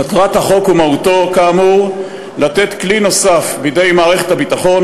מטרת החוק ומהותו כאמור לתת כלי נוסף בידי מערכת הביטחון,